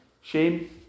shame